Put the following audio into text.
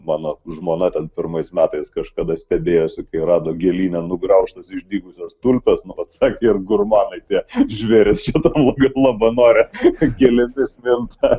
mano žmona ten pirmais metais kažkada stebėjosi kai rado gėlyne nugraužtas išdygusias tulpes nu vat sakė ir gurmanai tie žvėrys čia tam labanore gėlėmis minta